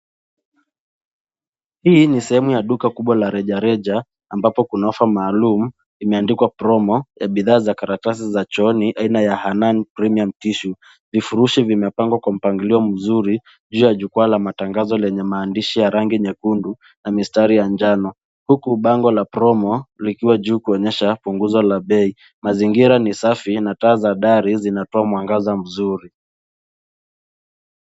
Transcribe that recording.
Hii ni sehemu ya duka kubwa la rejareja ambapo kuna offer maalum imeandikwa promo ya bidhaa za karatasi za chooni aina ya Hanan Premium Tissue. Vifurushi vimepangwa kwa mpangilio mzuri juu ya jukwaa la matangazo lenye maandishi ya rangi nyekundu na mistari ya njano huku bango la promo likiwa juu kuonyesha punguzo la bei. Mazingira ni safi na taa za dari zinatoa mwangaza mzuri.